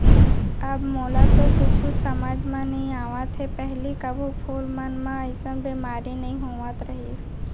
अब मोला तो कुछु समझ म नइ आवत हे, पहिली कभू फूल मन म अइसन बेमारी नइ होत रहिस